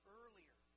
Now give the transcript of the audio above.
earlier